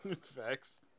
Facts